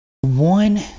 One